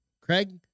Craig